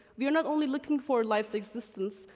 we are not only looking for life's existence,